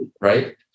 right